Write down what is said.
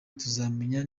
tuzamenya